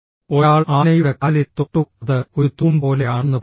ഒരാൾ ആനയുടെ കാലിൽ തൊട്ടു അത് ഒരു തൂൺ പോലെയാണെന്ന് പറഞ്ഞു